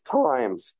times